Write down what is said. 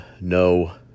No